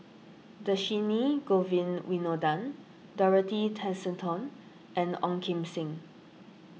Dhershini Govin Winodan Dorothy Tessensohn and Ong Kim Seng